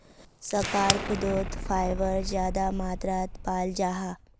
शकार्कंदोत फाइबर ज्यादा मात्रात पाल जाहा